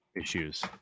issues